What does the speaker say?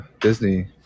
Disney